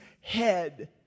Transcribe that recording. head